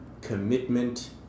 commitment